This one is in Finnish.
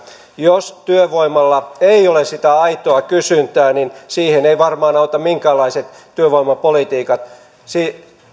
jos työvoimalla ei ole sitä aitoa kysyntää niin siihen eivät varmaan auta minkäänlaiset työvoimapolitiikat siihen